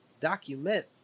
document